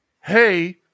hey